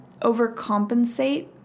overcompensate